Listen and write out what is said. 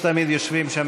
שתמיד יושבים שם,